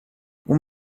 اون